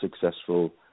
successful